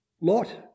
Lot